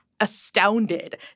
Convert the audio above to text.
astounded